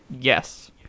Yes